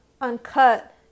uncut